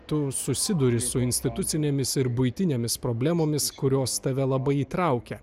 tu susiduri su institucinėmis ir buitinėmis problemomis kurios tave labai įtraukia